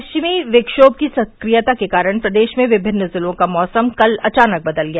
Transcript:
पश्चिमी विक्षोम की सक्रियता के कारण प्रदेश में विभिन्न जिलों का मौसम कल अचानक बदल गया